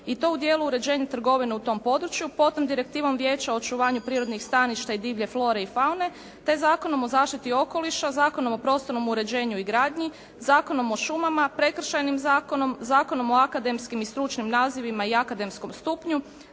i to u dijelu uređenja trgovina u tom području, potom direktivom Vijeća o očuvanju prirodnih staništa i divlje flore i faune te Zakonom o zaštiti okoliša, Zakonom o prostornom uređenju i gradnji, Zakonom o šumama, Prekršajnim zakonom, Zakonom o akademskim i stručnim nazivima i akademskom stupnju,